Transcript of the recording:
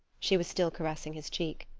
she was still caressing his cheek.